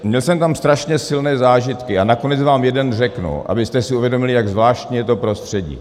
Měl jsem tak strašně silné zážitky a nakonec vám jeden řeknu, abyste si uvědomili, jak zvláštní je to prostředí.